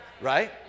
Right